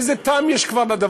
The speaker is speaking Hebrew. נטען שאין סיבה לשמר את הסמכות,